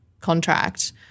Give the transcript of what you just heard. contract